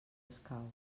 escau